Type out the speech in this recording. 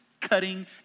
cutting